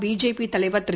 BJP தலைவர் திரு